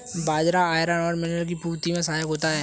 बाजरा iron और mineral की पूर्ति में सहायक होता है